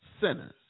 sinners